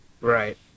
Right